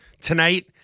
tonight